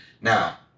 Now